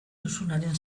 duzubaren